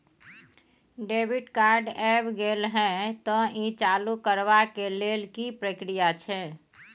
Debit card ऐब गेल हैं त ई चालू करबा के लेल की प्रक्रिया छै?